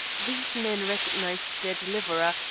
these men recognized their deliverer,